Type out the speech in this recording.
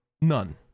none